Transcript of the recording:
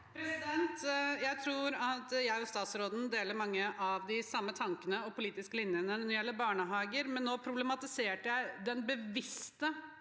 Jeg tror at jeg og statsråden deler mange av de samme tankene og politiske linjene når det gjelder barnehager, men nå problematiserte jeg den bevisste